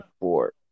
four